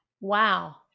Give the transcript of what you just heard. Wow